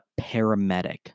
paramedic